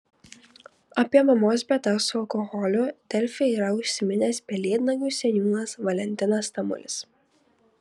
apie mamos bėdas su alkoholiu delfi yra užsiminęs pelėdnagių seniūnas valentinas tamulis